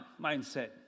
mindset